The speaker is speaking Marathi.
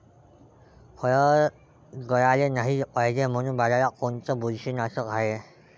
फळं गळाले नाही पायजे म्हनून बाजारात कोनचं बुरशीनाशक हाय?